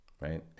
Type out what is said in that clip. right